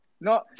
No